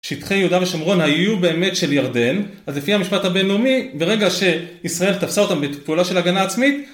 שטחי יהודה ושומרון היו באמת של ירדן, אז לפי המשפט הבינלאומי ברגע שישראל תפסה אותם בפעולה של הגנה עצמית